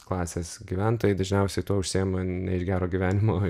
klasės gyventojai dažniausiai tuo užsiima ne iš gero gyvenimo